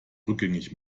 rückgängig